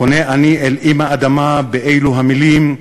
פונה אני אל אימא אדמה באלו המילים: